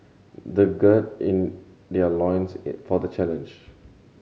they gird their loins for the challenge